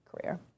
career